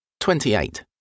28